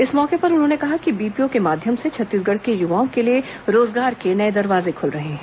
इस मौके पर उन्होंने कहा कि बीपीओ के माध्यम से छत्तीसगढ़ के युवाओं के लिए रोजगार के नए दरवाजे खुल रहे हैं